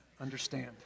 understand